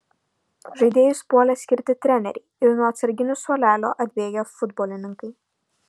žaidėjus puolė skirti treneriai ir nuo atsarginių suolelio atbėgę futbolininkai